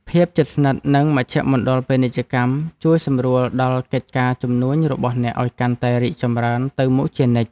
ភាពជិតស្និទ្ធនឹងមជ្ឈមណ្ឌលពាណិជ្ជកម្មជួយសម្រួលដល់កិច្ចការជំនួញរបស់អ្នកឱ្យកាន់តែរីកចម្រើនទៅមុខជានិច្ច។